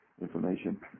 information